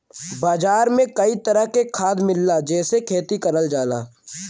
बाजार में कई तरह के खाद मिलला जेसे खेती करल जाला